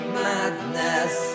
madness